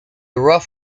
rough